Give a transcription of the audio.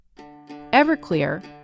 Everclear